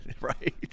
Right